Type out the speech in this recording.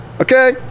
Okay